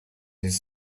his